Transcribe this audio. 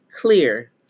clear